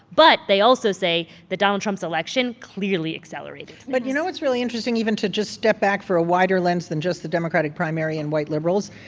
but they also say that donald trump's election clearly accelerated things but you know what's really interesting, even to just step back for a wider lens than just the democratic primary and white liberals,